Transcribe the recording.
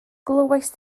glywaist